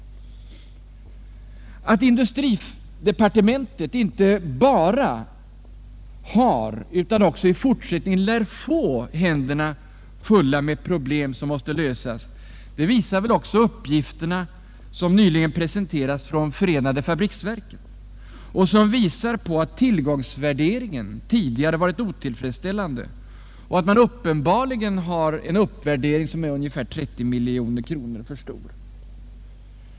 Att industridepartementet inte bara har utan också i fortsättningen lär få händerna fulla med problem som måste lösas visar väl också de uppgifter som nyligen presenterades från Förenade fabriksverken och som visar på att tillgångsvärderingen tidigare varit otillfredsställande och att man uppenbarligen har en uppvärdering som är ungefär 30 miljoner för stor.